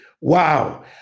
Wow